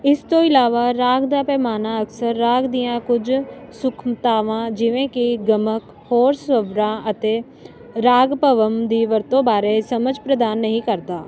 ਇਸ ਤੋਂ ਇਲਾਵਾ ਰਾਗ ਦਾ ਪੈਮਾਨਾ ਅਕਸਰ ਰਾਗ ਦੀਆਂ ਕੁਝ ਸੂਖਮਤਾਵਾਂ ਜਿਵੇਂ ਕਿ ਗਮਕ ਹੋਰ ਸਵਰਾਂ ਅਤੇ ਰਾਗਭਵਮ ਦੀ ਵਰਤੋਂ ਬਾਰੇ ਸਮਝ ਪ੍ਰਦਾਨ ਨਹੀਂ ਕਰਦਾ